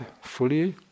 fully